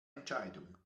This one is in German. entscheidung